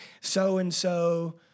so-and-so